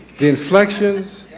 the inflections,